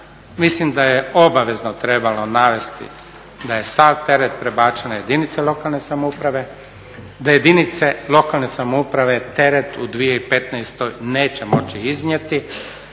mislim da je obavezno trebalo navesti da je sav teret prebačen na jedinice lokalne samouprave, da jedinice lokalne samouprave teret u 2015. neće moći iznijeti